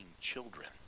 children